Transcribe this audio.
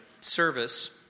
service